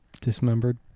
Dismembered